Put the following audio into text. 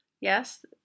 Yes